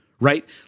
right